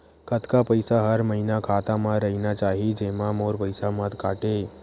कतका पईसा हर महीना खाता मा रहिना चाही जेमा मोर पईसा मत काटे?